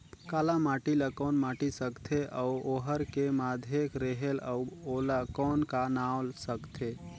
काला माटी ला कौन माटी सकथे अउ ओहार के माधेक रेहेल अउ ओला कौन का नाव सकथे?